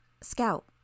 Scout